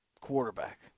quarterback